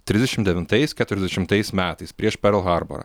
trisdešim devintais keturiasdešimtais metais prieš perl harborą